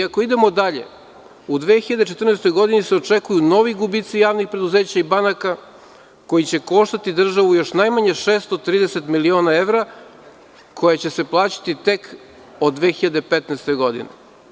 Ako idemo dalje u 2014. godini se očekuju novi gubici javnih preduzeća i banaka koji će koštati državu još najmanje 630 miliona evra, koja će se plaćati tako od 2015. godine.